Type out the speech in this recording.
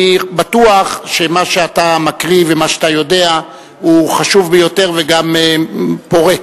אני בטוח שמה שאתה מקריא ומה שאתה יודע הוא חשוב ביותר וגם פורה.